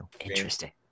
Interesting